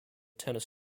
tennis